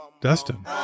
dustin